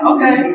Okay